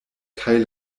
kaj